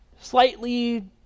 slightly